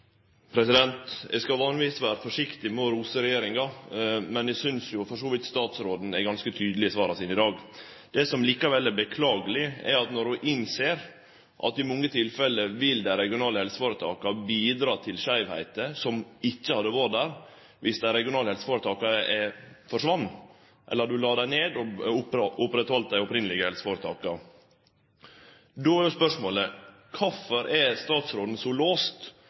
skal vanlegvis vere forsiktig med å rose regjeringa, men eg synest jo for så vidt statsråden er ganske tydeleg i svara sine i dag. Det som likevel er beklageleg, er at ho innser at i mange tilfelle vil dei regionale helseføretaka bidra til skeivheiter, som ikkje hadde vore der dersom dei regionale helseføretaka forsvann, eller om ein la dei ned og heldt ved lag dei opphavlege helseføretaka. Då er spørsmålet: Korfor er statsråden så låst